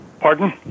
Pardon